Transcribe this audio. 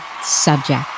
subject